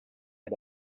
had